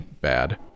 bad